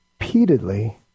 repeatedly